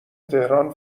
تهران